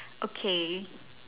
okay